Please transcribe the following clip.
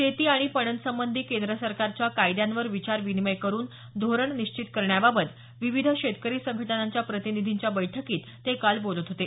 शेती आणि पणनसंबंधी केंद्र सरकारच्या कायद्यांवर विचारविनिमय करून धोरण निश्चित करण्याबाबत विविध शेतकरी संघटनांच्या प्रतिनिधींच्या बैठकीत ते काल बोलत होते